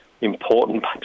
important